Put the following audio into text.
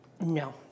No